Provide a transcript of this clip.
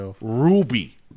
Ruby